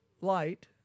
light